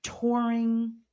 touring